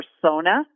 persona